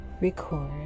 record